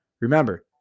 remember-